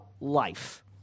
life